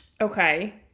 Okay